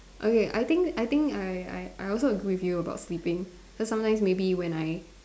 okay I think I think I I I also agree with you about sleeping cause sometimes maybe when I